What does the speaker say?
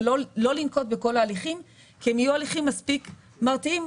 ולא לנקוט בכל ההליכים כי הם יהיו הליכים מספיק מרתיעים,